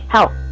Help